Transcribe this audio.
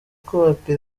kubakwa